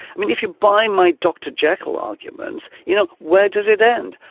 i mean if you buy my dr jekyll argument you know where does it end,